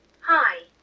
Hi